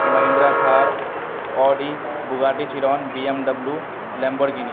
Mahindra Thar Audi Bugatti Chiron B M W Lamborghini